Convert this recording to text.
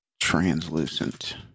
translucent